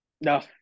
no